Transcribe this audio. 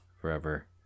forever